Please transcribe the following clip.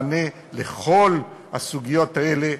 מענה לכל הסוגיות האלה,